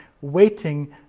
waiting